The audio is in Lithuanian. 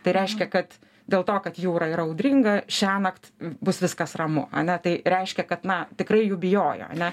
tai reiškia kad dėl to kad jūra yra audringa šiąnakt bus viskas ramu ane tai reiškia kad na tikrai jų bijojo ane